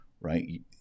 right